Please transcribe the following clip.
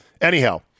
Anyhow